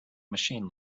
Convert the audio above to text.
machine